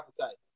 appetite